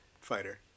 fighter